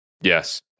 Yes